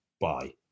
Bye